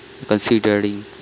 considering